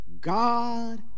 God